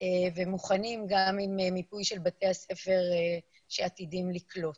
ומוכנים גם עם מיפוי של בתי הספר שעתידים לקלוט.